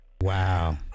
wow